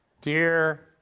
Dear